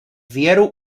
věru